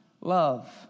love